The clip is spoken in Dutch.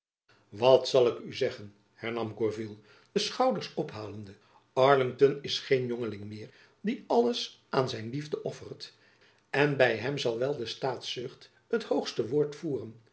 wat zal ik u zeggen hernam gourville de schouders ophalende arlington is geen jongeling meer die alles aan zijn liefde offert en by hem zal wel de staatszucht het hoogste woord voeren